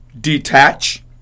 Detach